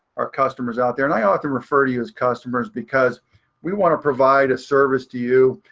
our customers out there. and i often refer to you as customers because we want to provide a service to you.